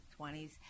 20s